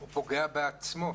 הוא פוגע בעצמו.